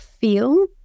feel